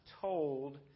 told